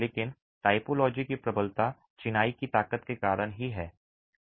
लेकिन टाइपोलॉजी की प्रबलता चिनाई की ताकत के कारण ही है